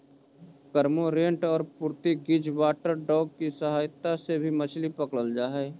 cormorant और Portuguese water dog की सहायता से भी मछली पकड़रल जा हई